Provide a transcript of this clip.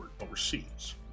overseas